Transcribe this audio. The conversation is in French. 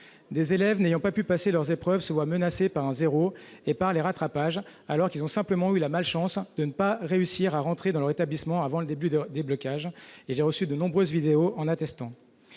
Des élèves n'ayant pas pu passer leurs épreuves risquent un zéro et les rattrapages, alors qu'ils ont simplement eu la malchance de ne pas réussir à entrer dans leur établissement avant le début des blocages. J'ai reçu de nombreuses vidéos en attestant.